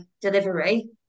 delivery